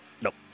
Nope